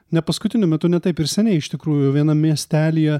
ne paskutiniu metu ne taip ir seniai iš tikrųjų vienam miestelyje